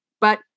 But-